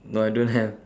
no I don't have